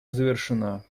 завершена